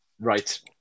Right